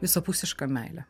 visapusiška meilė